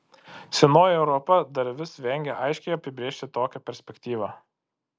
senoji europa dar vis vengia aiškiai apibrėžti tokią perspektyvą